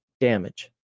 damage